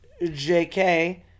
JK